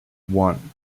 one